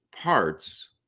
parts